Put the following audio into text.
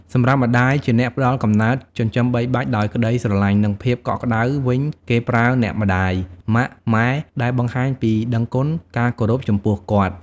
សម្រាប់ម្ដាយ ជាអ្នកផ្ដល់កំណើត ចិញ្ចឹមបីបាច់ដោយក្ដីស្រឡាញ់ និងភាពកក់ក្ដៅវិញគេប្រើ អ្នកម្ដាយ ម៉ាក់ ម៉ែ ដែលបង្ហាញពីដឹងគុណ ការគោរពចំពោះគាត់។